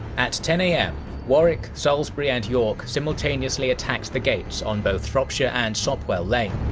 at ten am warwick, salisbury and york simultaneously attacked the gates on both shropshire and sopwell lane.